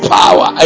power